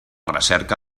recerca